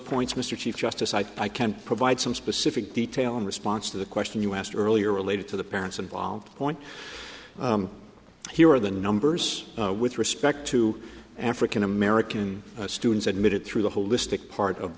points mr chief justice i can provide some specific detail in response to the question you asked earlier related to the parents involved point here are the numbers with respect to african american students admitted through the holistic part of